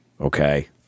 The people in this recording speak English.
okay